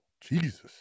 Jesus